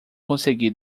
consegui